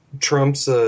Trump's